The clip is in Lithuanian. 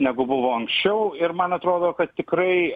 negu buvo anksčiau ir man atrodo kad tikrai